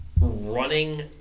running